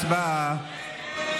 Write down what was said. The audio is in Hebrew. הצבעה.